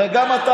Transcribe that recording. הרי גם אתה,